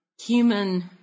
human